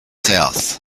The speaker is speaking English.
south